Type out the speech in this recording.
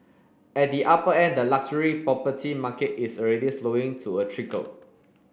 at the upper end the luxury property market is already slowing to a trickle